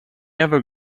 ever